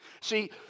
See